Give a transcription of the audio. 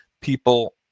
people